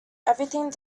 everything